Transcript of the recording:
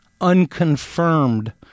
unconfirmed